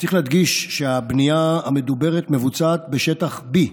צריך להדגיש שהבנייה המדוברת מבוצעת בשטח B,